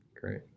Great